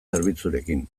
zerbitzurekin